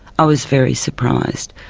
i was very surprised.